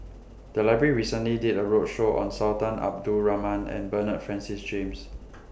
The Library recently did A roadshow on Sultan Abdul Rahman and Bernard Francis James